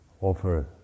offer